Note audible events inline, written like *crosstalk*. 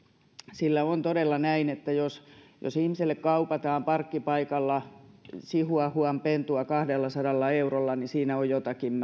sillä on todella näin että jos jos ihmiselle kaupataan parkkipaikalla chihuahuanpentua kahdellasadalla eurolla niin siinä on jotakin *unintelligible*